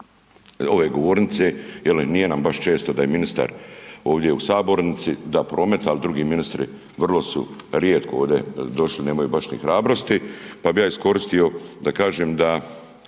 ove govornice, jeli nije nam baš često da je ministar ovdje u sabornici prometa, a drugi ministri vrlo su rijetko ovdje došli, nemaju baš ni hrabrosti, pa bih ja iskoristio da kažem da